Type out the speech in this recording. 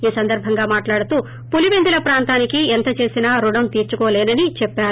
ఈ సందర్బంగా మాట్లాడుతూ పులిపెందుల ప్రాంతానికి ఎంత చేసినా రుణం తీర్పుకోలేనని చెప్పారు